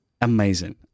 amazing